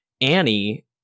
Annie